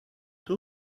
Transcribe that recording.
two